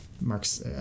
Mark's